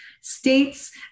states